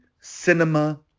cinema